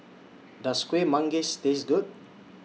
Does Kueh Manggis Taste Good